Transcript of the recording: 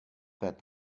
that